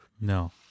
No